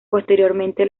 posteriormente